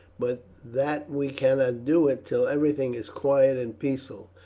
but that we cannot do it till everything is quiet and peaceful.